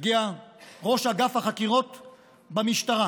יגיע ראש אגף החקירות במשטרה,